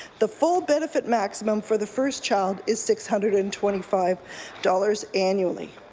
the full benefit maximum for the first child is six hundred and twenty five dollars annually.